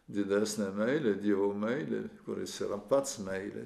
didesnė meilė dievo meilė kuris yra pats meilė